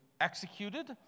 executed